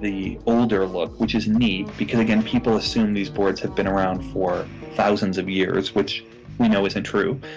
the older look, which is neat because again, people assume these boards have been around for thousands of years, which we know isn't true,